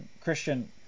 Christian